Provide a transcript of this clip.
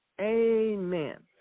Amen